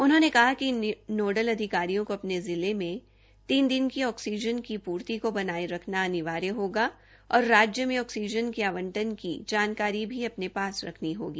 उन्होंने कहा कि इन नोडल अधिकारियों को अपने जिले में तीन दिन की ऑक्सीजन की पूर्ति को बनाए रखना अनिवार्य होगा और राज्य में ऑक्सीजन के आबंटन की जानकारी भी अपने पास रखनी होगी